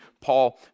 Paul